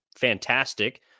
fantastic